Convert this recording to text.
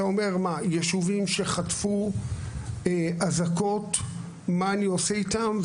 אתה אומר: ישובים שחטפו אזעקות, מה אני עושה איתם?